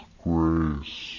grace